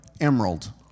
Emerald